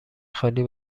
خالی